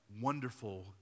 wonderful